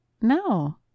No